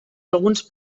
alguns